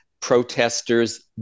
protesters